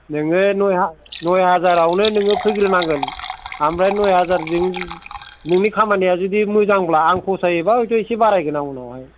नोङो नय हाजार नय हाजारावनो नोङो फैग्रो नांगोन आमफ्राय नय हाजारजों नोंनि खामानिया जुदि मोजांब्ला आं फसायोब्ला हयथ' एसे बारायगोन आं उनावहाय